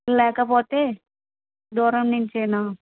లేకపోతే దూరం నుంచేనా